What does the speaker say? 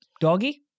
doggy